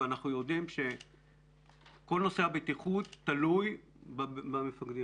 ואנחנו יודעים שכל נושא הבטיחות תלוי במפקדים